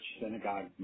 synagogue